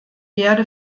werde